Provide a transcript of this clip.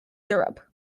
europe